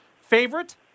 favorite